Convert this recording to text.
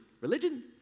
Religion